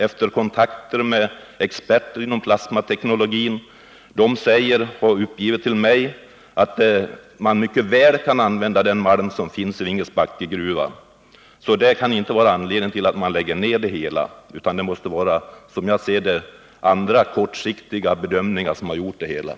Efter kontakter med experter inom plasmateknologin har de anställda uppgivit till mig att man mycket väl kan använda den malm som finns i Vingesbackegruvan. Det kan alltså inte vara anledningen till nedläggningen, utan det måste vara, som jag ser det, andra kortsiktiga bedömningar som har medfört nedläggningen.